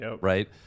right